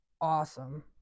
awesome